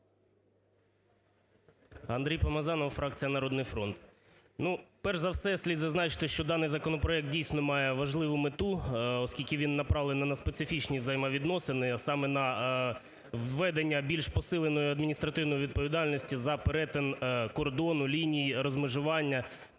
Андрій Помазанов, фракція "Народний фронт".